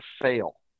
fail